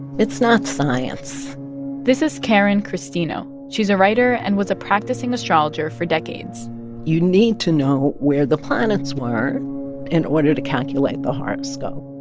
it's not science this is karen christino. she's a writer and was a practicing astrologer for decades you need to know where the planets were in order to calculate the horoscope.